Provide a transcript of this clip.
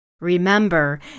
Remember